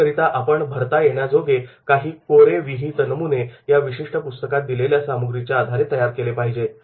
याकरिता आपण भरता येण्याजोगे काही कोरे विहीत नमुने त्या विशिष्ट पुस्तकात दिलेल्या सामुग्रीच्या आधारे तयार केले पाहिजेत